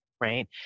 right